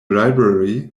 library